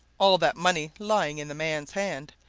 all that money lying in the man's hand,